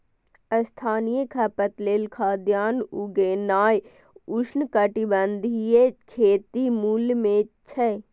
स्थानीय खपत लेल खाद्यान्न उगेनाय उष्णकटिबंधीय खेतीक मूल मे छै